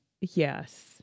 Yes